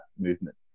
movement